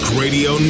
radio